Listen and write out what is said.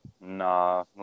nah